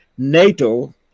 NATO